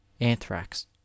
Anthrax